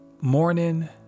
morning